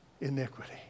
iniquity